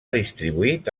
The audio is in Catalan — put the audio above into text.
distribuït